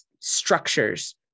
structures